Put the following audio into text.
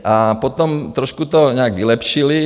A potom to trošku nějak vylepšili.